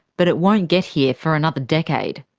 but it won't get here for another decade.